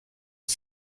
the